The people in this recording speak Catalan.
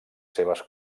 seves